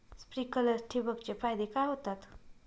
Sprinklers ठिबक चे फायदे काय होतात?